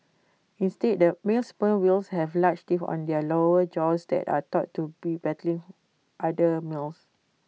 instead the male sperm whales have large teeth on their lower jaws that are thought to be battling other males